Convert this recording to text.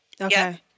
Okay